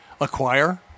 acquire